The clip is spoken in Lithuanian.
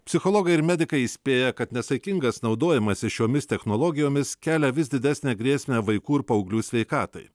psichologai ir medikai įspėja kad nesaikingas naudojimasis šiomis technologijomis kelia vis didesnę grėsmę vaikų ir paauglių sveikatai